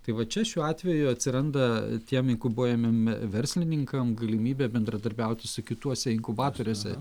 tai va čia šiuo atveju atsiranda tiem inkubuojamam verslininkam galimybė bendradarbiauti su kituose inkubatoriuose